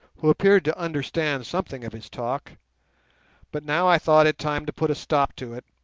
who appeared to understand something of his talk but now i thought it time to put a stop to it,